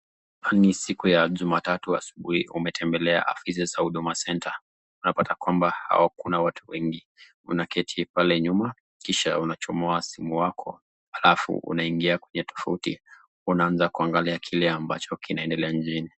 Ni siku ya Jumatatu asubuhi umetembelea afisi za Huduma Center. Unapata kwamba hakuna watu wengi. Unaketi pale nyuma, kisha unachomoa simu wako, alafu unaingia kwenye tofauti. Unaanza kuangalia kile ambacho kinaendelea nchini.